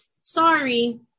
Sorry